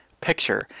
picture